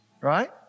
Right